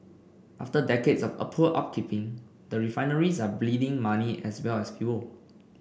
after decades of a poor upkeep the refineries are bleeding money as well as fuel